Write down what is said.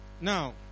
Now